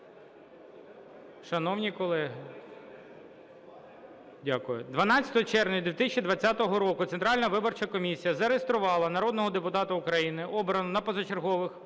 12 червня 2020 року Центральна виборча комісія зареєструвала народного депутата України, обраного на позачергових